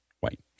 white